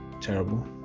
terrible